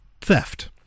theft